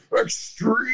extreme